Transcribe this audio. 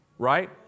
right